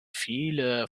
viele